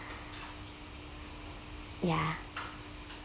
ya